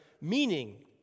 meaning